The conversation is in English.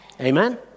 Amen